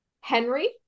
Henry